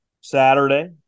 Saturday